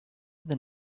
than